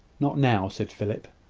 not now, said philip,